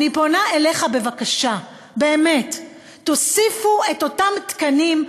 אני פונה אליך בבקשה, באמת, תוסיפו את אותם תקנים.